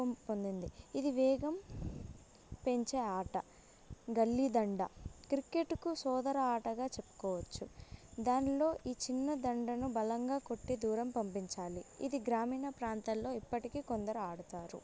పం పొందింది ఇది వేగం పెంచే ఆట గల్లీదండ క్రికెట్కు సోదర ఆటగా చెప్పుకోవచ్చు దానిలో ఈ చిన్న దండను బలంగా కొట్టి దూరం పంపించాలి ఇది గ్రామీణ ప్రాంతాల్లో ఇప్పటికీ కొందరు ఆడతారు